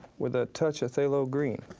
with a touch of phthalo green.